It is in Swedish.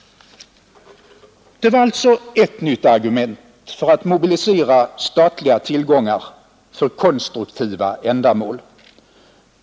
Det var alltså ett nytt argument för att mobilisera statliga tillgångar för konstruktiva ändamål.